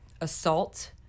assault